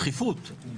דחיפות.